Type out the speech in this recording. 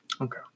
okay